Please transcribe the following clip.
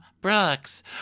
Brooks